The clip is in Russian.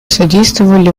содействовали